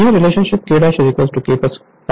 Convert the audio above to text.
यह relationship K K1 है